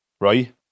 right